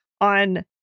on